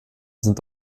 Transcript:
sind